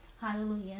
Hallelujah